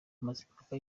mazimpaka